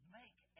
make